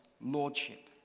lordship